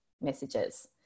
messages